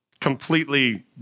completely